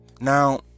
Now